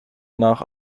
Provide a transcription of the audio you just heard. nach